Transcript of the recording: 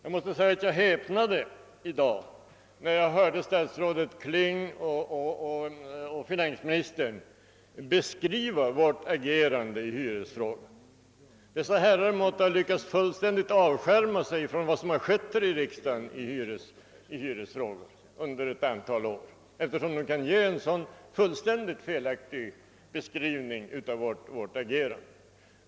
Jag måste säga, att jag häpnade när jag i dag hörde justitieministern och finansministern beskriva vårt agerande i hyresfrågan. Dessa herrar måtte ha lyckats fullständigt avskärma sig från vad som skett i dessa frågor här i riksdagen under ett antal år, eftersom de kan ge en så komplett felaktig beskrivning av vårt handlingssätt. Jag påstår bestämt att förslaget i fp-motionen inte strider mot vad som från vårt håll sagts i riksdagen.